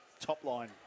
top-line